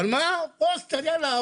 פה אומרים יאללה,